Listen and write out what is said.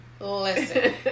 Listen